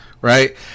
right